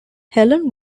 helen